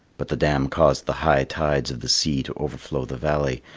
but the dam caused the high tides of the sea to overflow the valley,